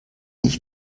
ich